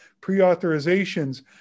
pre-authorizations